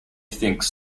thinks